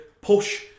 push